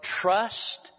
Trust